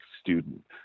student